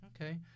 Okay